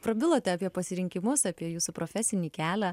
prabilote apie pasirinkimus apie jūsų profesinį kelią